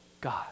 God